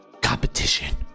competition